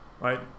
right